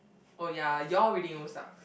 oh ya you all reading over sucks